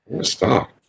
Stop